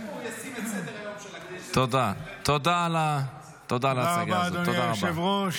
תודה רבה, אדוני היושב-ראש.